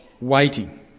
waiting